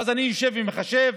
ואז אני יושב ומחשב: